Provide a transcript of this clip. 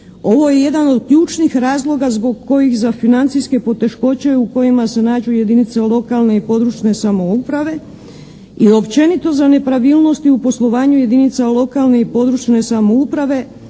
Ovo je jedan od ključnih razloga zbog kojih za financijske poteškoće u kojima se nađu jedinice lokalne i područne samouprave i općenito za nepravilnosti u poslovanju jedinica lokalne i područne samouprave